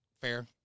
Fair